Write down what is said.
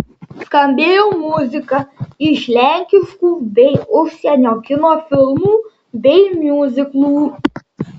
skambėjo muzika iš lenkiškų bei užsienio kino filmų bei miuziklų